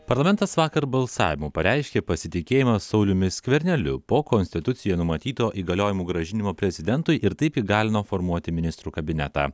parlamentas vakar balsavimu pareiškė pasitikėjimą sauliumi skverneliu po konstitucijoj numatyto įgaliojimų grąžinimo prezidentui ir taip įgalino formuoti ministrų kabinetą